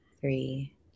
three